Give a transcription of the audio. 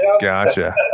Gotcha